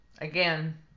again